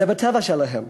זה בטבע שלהם.